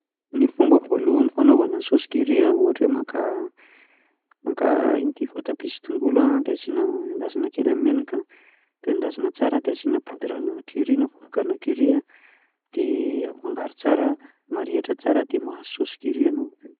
Ny fomba voalohany fanaovana saosy curry a ohatra hoe maka maka inona moa ty izy, voatabia sy tongolo a de asina endasina kely amin'ny menaka de endasina tsara de asina poudrana curry na vovokana curry de afangaro tsara marihitra tsara de mahazo saosy curry enao aveo.